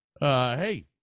Hey